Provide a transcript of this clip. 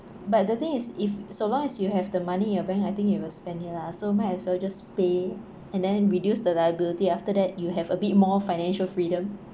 but the thing is if so long as you have the money in your bank I think you will spend it lah so might as well just pay and then reduce the liability after that you have a bit more financial freedom